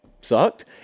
sucked